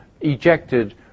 ejected